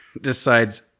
decides